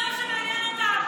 על כיסא עור, זה מה שמעניין אותם.